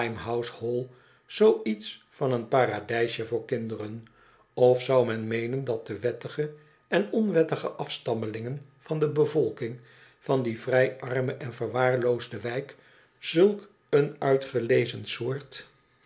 zoo iets van een paradijsje voor kinderen of zou men meenen dat de wettige en onwettige afstammelingen van de bevolking van die vrij arme en verwaarloosde wijk zulk een uitgelezen soort